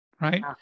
right